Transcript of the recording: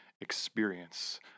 experience